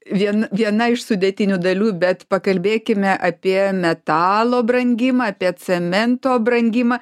vien viena iš sudėtinių dalių bet pakalbėkime apie metalo brangimą apie cemento brangimą